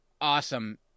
awesome